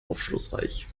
aufschlussreich